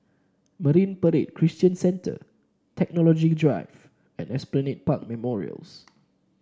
Marine Parade Christian Centre Technology Drive and Esplanade Park Memorials